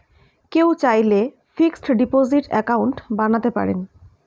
কেউ চাইলে fixed deposit account বানাতে পারেন